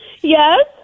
Yes